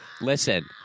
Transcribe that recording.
Listen